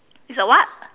it's a what